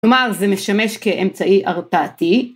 כלומר זה משמש כאמצעי ארפאתי.